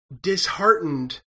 disheartened